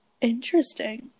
Interesting